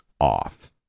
off